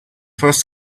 first